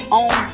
on